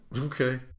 Okay